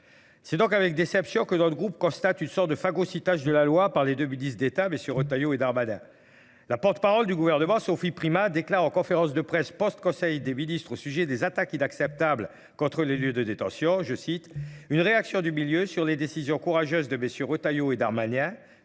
C'est donc avec déception que notre groupe constate une sorte de phagocytage de la loi par les deux ministres d'État, M. Retailleau et Darmanin. La porte-parole du gouvernement, Sophie Prima, déclare en conférence de presse post-conseil des ministres au sujet des attaques inacceptables contre les lieux de détention, je cite une réaction du milieu sur les décisions courageuses de M. Retailleau et Darmanin